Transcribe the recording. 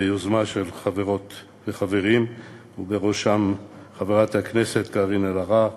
ביוזמה של חברים וחברות ובראשם חברת הכנסת קארין אלהרר,